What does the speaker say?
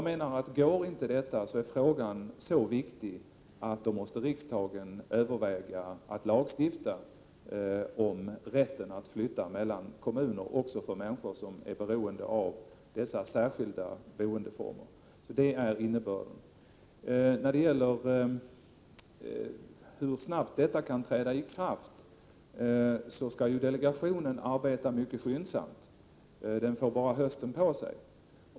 Frågan är så viktig, att om detta inte går, måste riksdagen överväga att lagstifta om denna rätt att flytta mellan kommuner också för människor som är beroende av dessa särskilda boendeformer. Det är innebörden. Elisabeth Fleetwood frågade hur snabbt ett beslut kan komma till stånd. Delegationen skall arbeta mycket skyndsamt. Den får bara hösten på sig.